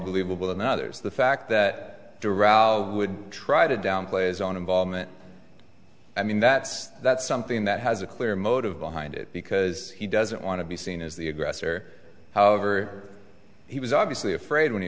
believable than others the fact that duran would try to downplay his own involvement i mean that's that's something that has a clear motive behind it because he doesn't want to be seen as the aggressor however he was obviously afraid when he